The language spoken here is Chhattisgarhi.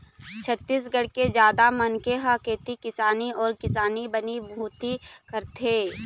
छत्तीसगढ़ के जादा मनखे ह खेती किसानी अउ किसानी बनी भूथी करथे